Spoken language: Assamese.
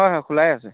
হয় হয় খোলাই আছে